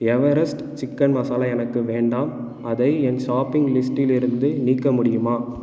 Everest chicken masala எனக்கு வேண்டாம் அதை என் ஷாப்பிங் லிஸ்டிலிருந்து நீக்க முடியுமா